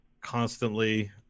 constantly